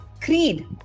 creed